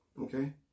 Okay